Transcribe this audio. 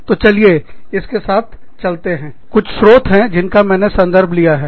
तो चलिए इसके साथ चलते हैं कुछ स्रोत हैं जिनका मैंने संदर्भ लिया है